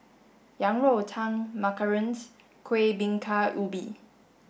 yang rou tang Macarons Kuih Bingka Ubi